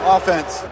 Offense